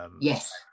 yes